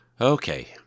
Okay